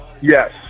Yes